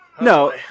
no